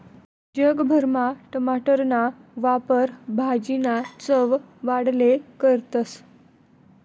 जग भरमा टमाटरना वापर भाजीना चव वाढाले करतस